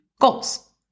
goals